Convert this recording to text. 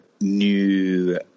new